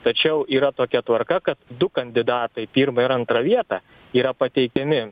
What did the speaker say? tačiau yra tokia tvarka kad du kandidatai pirma ir antra vieta yra pateikiami